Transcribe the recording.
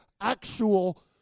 actual